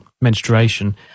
menstruation